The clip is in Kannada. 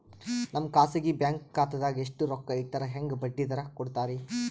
ನಮ್ಮ ಖಾಸಗಿ ಬ್ಯಾಂಕ್ ಖಾತಾದಾಗ ಎಷ್ಟ ರೊಕ್ಕ ಇಟ್ಟರ ಹೆಂಗ ಬಡ್ಡಿ ದರ ಕೂಡತಾರಿ?